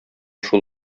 шул